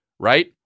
right